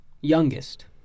youngest